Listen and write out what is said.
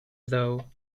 though